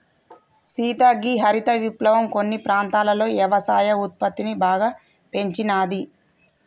సీత గీ హరిత విప్లవం కొన్ని ప్రాంతాలలో యవసాయ ఉత్పత్తిని బాగా పెంచినాది